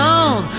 on